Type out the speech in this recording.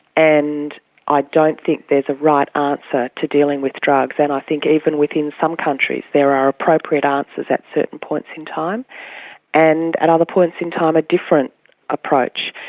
and i don't think there's a right answer to dealing with drugs and i think even within some countries there are appropriate answers at certain points in time and at other points in time, a different approach.